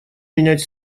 менять